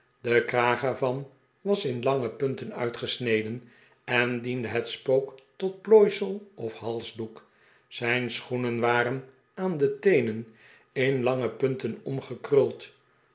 de kraag ervan was in lange punten uitgesneden en diende het spook tot plooisel of halsdoek zijn schoenen waren aan de teenen in lange punten omgekruld